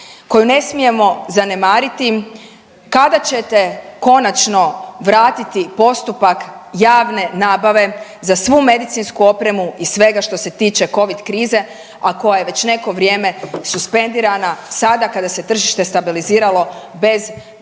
koju ne smijemo zanemariti, kada ćete konačno vratiti postupak javne nabave za svu medicinsku opremu i svega što se tiče covid krize, a koja je već neko vrijeme suspendirana sada kada se tržište stabiliziralo bez dovoljnog